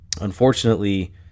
Unfortunately